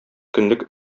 көнлек